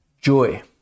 joy